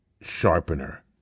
sharpener